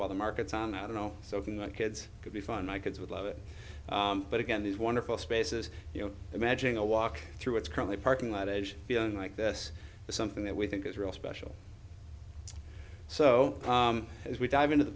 while the market's on that you know soaking the kids could be fun my kids would love it but again these wonderful spaces you know imagining a walk through it's currently parking lot and feeling like this is something that we think is really special so as we dive into the